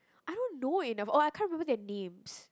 I don't know enough oh I can't remember their names